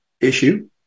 issue